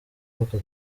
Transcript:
w’aka